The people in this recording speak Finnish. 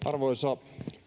arvoisa